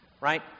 Right